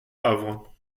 avre